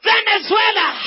Venezuela